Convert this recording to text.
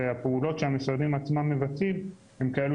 ושהפעולות שהמשרדים עצמם מבצעים הן כאלה